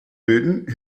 bilden